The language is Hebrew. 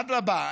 אדרבה,